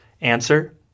Answer